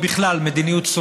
ובכלל מדיניות,